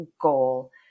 goal